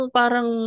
parang